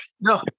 no